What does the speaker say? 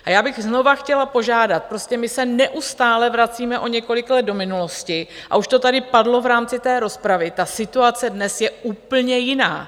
A já bych znova chtěla požádat, prostě my se neustále vracíme o několik let do minulosti, a už to tady padlo v rámci rozpravy, ta situace dnes je úplně jiná!